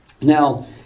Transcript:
Now